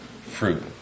fruit